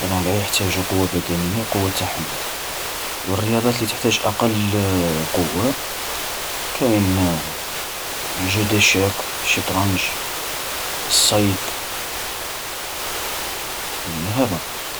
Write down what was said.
هاذون قاع يحتاجو قوة بدنية وقوة تحمل. والرياضات التي تحتاج أقل قوة كاين لي جوديشاك، الشطرنج، الصيد، هاذون ال.